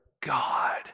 God